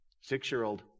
Six-year-old